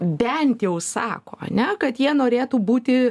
bent jau sako ane kad jie norėtų būti